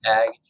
ag